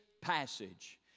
passage